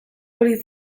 hori